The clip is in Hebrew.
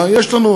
יש לנו,